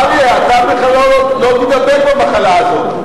אריה, אתה בכלל לא תידבק במחלה הזאת.